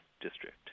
district